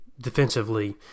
defensively